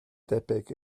debyg